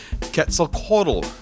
Quetzalcoatl